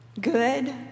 Good